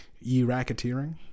e-racketeering